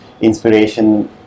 inspiration